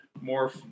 more